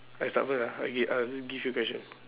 I start first ah okay I'll just give you question